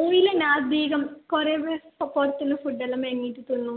oil തന്നെ അധികം കുറേ എന്ന് പുറത്തുള്ള ഫുഡ് എല്ലാം വാങ്ങിയിട്ട് തിന്നും